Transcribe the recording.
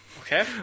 Okay